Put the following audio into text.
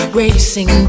racing